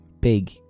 Big